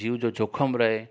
जीव जो जोख़म रहे